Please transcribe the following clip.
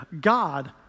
God